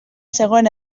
zegoen